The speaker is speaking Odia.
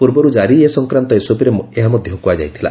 ପୂର୍ବରୁ ଜାରି ଏ ସଂକ୍ରାନ୍ତ ଏସ୍ଓପିରେ ଏହା ମଧ୍ୟ କୁହାଯାଇଥିଲା